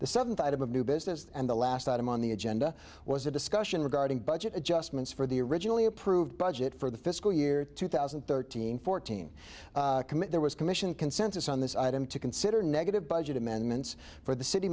the seventh item of new business and the last item on the agenda was a discussion regarding budget adjustments for the originally approved budget for the fiscal year two thousand and thirteen fourteen commit there was commission consensus on this item to consider negative budget amendments for the city